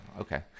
Okay